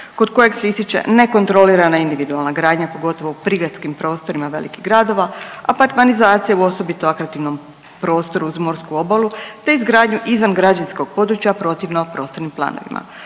kod kojeg se ističe nekontrolirana individualna gradnja pogotovo u prigradskim prostorima velikih gradova, apartmanizacija u osobito atraktivnom prostoru uz morsku obalu, te izgradnju izvan građevinskog područja protivno prostornim planovima.